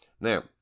Now